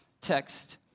text